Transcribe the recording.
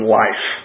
life